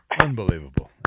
Unbelievable